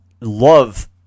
love